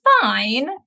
fine